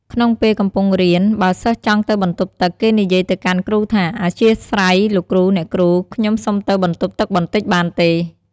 ក្នុងពេលកំពុងរៀន បើសិស្សចង់ទៅបន្ទប់ទឹក គេនិយាយទៅកាន់គ្រូថា អធ្យាស្រ័យ លោកគ្រូ អ្នកគ្រូ ខ្ញុំសុំទៅបន្ទប់ទឹកបន្តិចបានទេ។